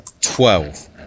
twelve